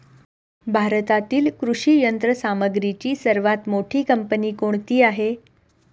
भारतातील कृषी यंत्रसामग्रीची सर्वात मोठी कंपनी कोणती आहे?